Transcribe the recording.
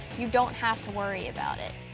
you don't have to worry about it.